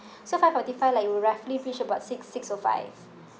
so five forty five like it will roughly reach about six six O five